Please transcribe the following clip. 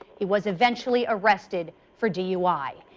he was eventually arrested for dui.